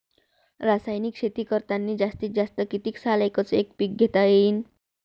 रासायनिक शेती करतांनी जास्तीत जास्त कितीक साल एकच एक पीक घेता येईन?